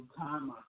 time